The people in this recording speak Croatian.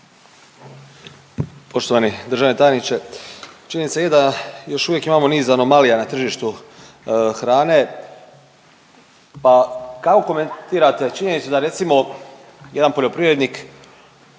Poštovani državni tajniče, činjenica je da još imamo niz anomalija na tržištu hrane, pa kako komentirate činjenicu da recimo jedan poljoprivrednik